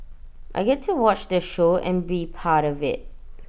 I get to watch the show and be part of IT